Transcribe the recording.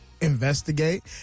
investigate